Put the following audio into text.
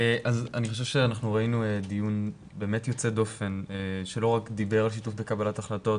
אני חושב שראינו דיון באמת יוצא דופן שלא רק דיבר על שיתוף בקבלת החלטות